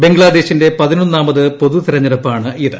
ബംഗ്ലാദേശിന്റെ പ്രതിനൊന്നാമത് പൊതുതെരഞ്ഞെടുപ്പാണിത്